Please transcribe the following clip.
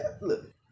look